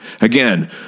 Again